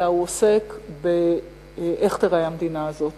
אלא הוא עוסק באיך תיראה המדינה הזאת